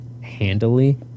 handily